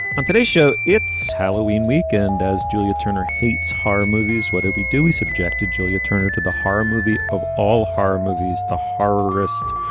on today's show it's halloween weekend as julia turner hates horror movies. what do we do we subjected julia turner to the horror movie of all horror movies. the horror rest.